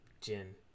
Jin